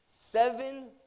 Seven